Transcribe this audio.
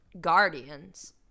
Guardians